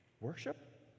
worship